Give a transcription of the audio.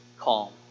Calm